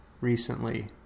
recently